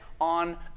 on